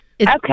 okay